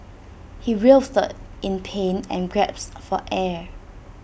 he writhed in pain and grasps for air